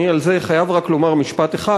אני על זה חייב רק לומר משפט אחד.